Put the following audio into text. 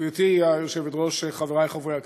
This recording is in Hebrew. גברתי היושבת-ראש, חברי חברי הכנסת,